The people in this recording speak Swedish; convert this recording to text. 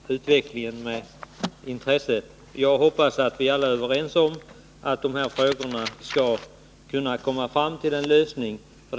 Herr talman! Jag tackar jordbruksministern för svaret och kommer att följa denna utveckling med intresse. Jag hoppas att vi alla är överens om att det skall gå att nå en lösning vad gäller de här frågorna.